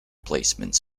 placements